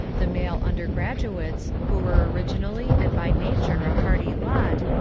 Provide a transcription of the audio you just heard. the male undergraduates, who were originally and by nature a hardy lot,